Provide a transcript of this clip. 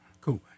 Cool